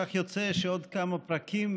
כך יוצא שעוד כמה פרקים,